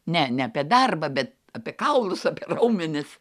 ne ne apie darbą bet apie kaulus apie raumenis